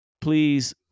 Please